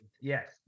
Yes